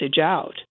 out